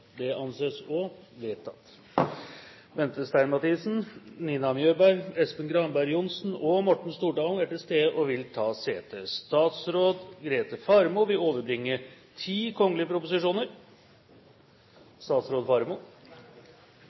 Bente Stein Mathisen, Nina Mjøberg, Espen Granberg Johnsen og Morten Stordalen er til stede og vil ta sete. Representanten Trine Skei Grande vil